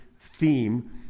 theme